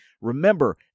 Remember